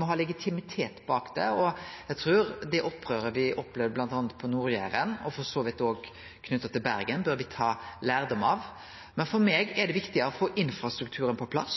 må ha legitimitet bak det, og eg trur at det opprøret me opplevde, bl.a. på Nord-Jæren, og for så vidt òg i Bergen, bør me ta lærdom av. For meg er det viktigare å få infrastrukturen på plass